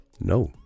No